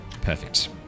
Perfect